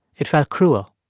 it felt cruel.